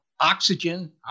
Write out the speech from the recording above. oxygen